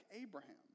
Abraham